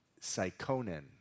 psychonin